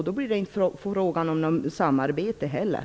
Då blir det inte fråga om något samarbete heller.